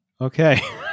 Okay